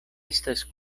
estas